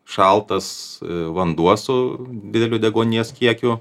šaltas vanduo su dideliu deguonies kiekiu